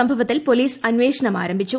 സംഭവത്തിൽ പൊലീസ് അന്വേഷണം ആരംഭിച്ചു